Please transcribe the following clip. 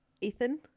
Ethan